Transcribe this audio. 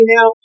Now